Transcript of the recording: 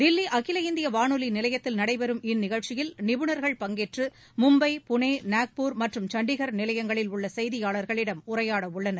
தில்லிஅகில இந்தியவானொலிநிலையத்தில் நடைபெறம் இந்நிகழ்ச்சியில் நிபுணர்கள் பங்கேற்று மும்பை புனே நாக்பூர் மற்றும் சண்டிகார் நிலையங்களில் உள்ளசெய்தியாளர்களிடம் உரையாடஉள்ளனர்